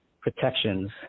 protections